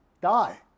die